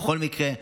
בכל מקרה,